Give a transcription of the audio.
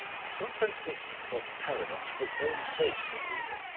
i sometimes think you talk paradox for its own sake, said rupert,